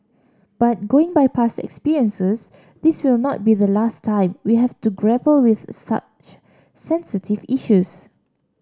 but going by past experiences this will not be the last time we have to grapple with such sensitive issues